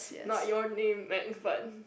not your name meg but